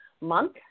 month